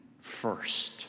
first